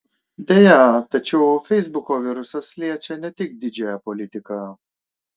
deja tačiau feisbuko virusas liečia ne tik didžiąją politiką